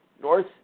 north